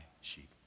sheep